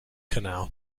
canal